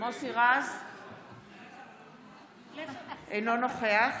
אינו נוכח